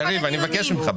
יריב, אני מבקש ממך.